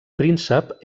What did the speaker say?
príncep